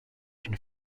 une